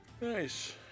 Nice